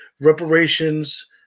reparations